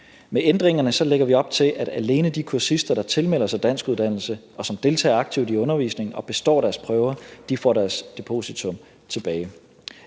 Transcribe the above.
Med ændringerne lægger vi op til, at alene de kursister, der tilmelder sig danskuddannelse, og som deltager aktivt i undervisningen og består deres prøver, får deres depositum tilbage.